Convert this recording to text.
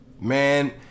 Man